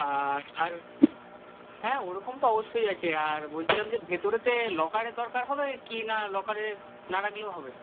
আর আর হ্যাঁ ওরকম তো অবশ্যই আছে আর বলছিলাম যে ভেতরেতে লকারের দরকার হবে কি না লকারের না রাখলেও হবে